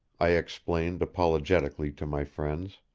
i explained apologetically to my friends,